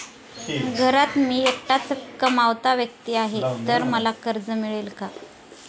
घरात मी एकटाच कमावता व्यक्ती आहे तर मला कर्ज मिळेल का?